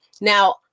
Now